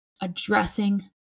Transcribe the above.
addressing